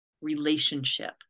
relationship